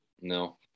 No